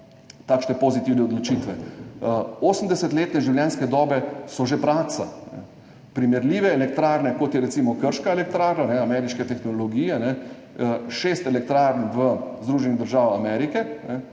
takšne pozitivne odločitve. 80-letne življenjske dobe so že praksa. Primerljive elektrarne recimo krški elektrarni, ameriške tehnologije, šest elektrarn v Združenih državah Amerike